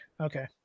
okay